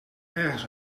ergens